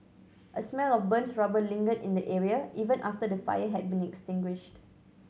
a smell of burnt rubber lingered in the area even after the fire had been extinguished